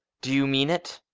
do you mean it?